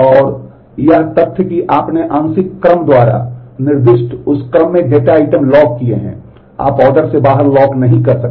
और यह तथ्य कि आपने आंशिक क्रम द्वारा निर्दिष्ट उस क्रम में डेटा आइटम लॉक किए हैं आप ऑर्डर से बाहर लॉक नहीं कर सकते